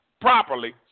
properly